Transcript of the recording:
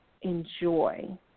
enjoy